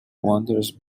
wonders